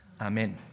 Amen